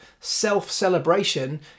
self-celebration